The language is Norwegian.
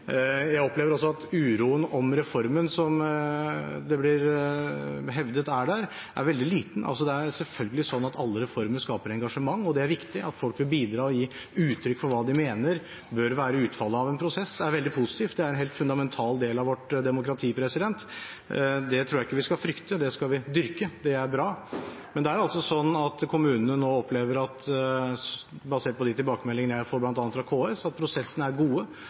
blir hevdet er der – er veldig liten. Det er selvfølgelig slik at alle reformer skaper engasjement, og det er viktig at folk får bidra og gi uttrykk for hva de mener bør være utfallet av en prosess. Det er veldig positivt, det er en helt fundamental del av vårt demokrati. Det tror jeg ikke vi skal frykte, det skal vi dyrke, det er bra. Men det er altså sånn at kommunene nå opplever – basert på de tilbakemeldingene jeg har fått, bl.a. fra KS – at prosessene er gode,